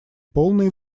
полной